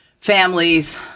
families